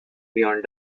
beyond